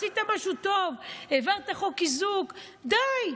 עשית משהו טוב, העברת את חוק האיזוק די,